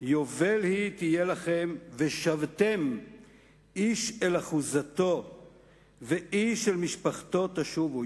יובל היא תהיה לכם ושבתם איש אל אחזתו ואיש אל משפחתו תשבו,